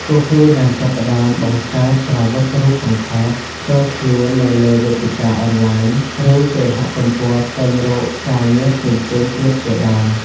ពួកគេបានចាប់ផ្តើមបង្កើត ប្រវត្តិរូបសង្ខេប ផ្ទាល់ខ្លួននៅលើវេទិកាអនឡាញ ឬគេហទំព័រស្វែងរកការងារផ្សេងៗទៀតជាដើម។